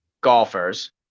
golfers